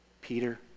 Peter